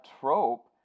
trope